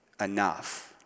enough